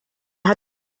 hat